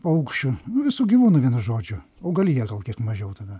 paukščių nu visų gyvūnų vienu žodžiu augalija gal kiek mažiau tada